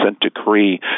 decree